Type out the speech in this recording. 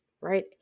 right